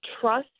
trust